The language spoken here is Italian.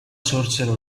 sorsero